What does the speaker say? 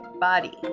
body